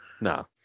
No